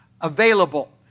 available